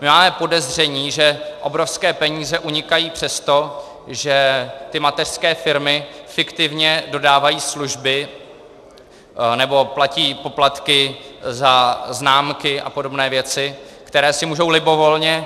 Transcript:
My máme podezření, že obrovské peníze unikají přes to, že mateřské firmy fiktivně dodávají služby nebo platí poplatky za známky a podobné věci, které si můžou libovolně navýšit.